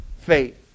faith